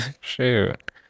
shoot